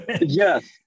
Yes